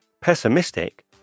pessimistic